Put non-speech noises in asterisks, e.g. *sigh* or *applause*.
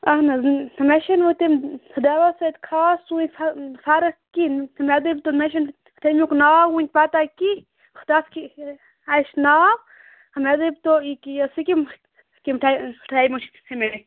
اہَن حظ مےٚ چھِنہٕ وۄنۍ تَمہِ دوا سۭتۍ خاص سُے فرق کِہِیٖنۍ مےٚ دٔپۍتو مےٚ چھِنہٕ تَمیُک ناو وٕنہِ پتہٕ کِہِنۍ تتھ کیاہ چھِ ناو مےٚ دٔپۍتو یہِ کہِ یہ سُہ کمہِ ٹایِم ٹایِمہٕ *unintelligible*